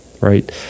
right